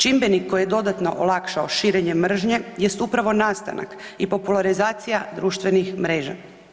Čimbenik koji je dodatno olakšao širenje mržnje jest upravo nastanak i popularizacija društvenih mreža.